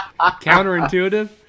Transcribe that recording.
counterintuitive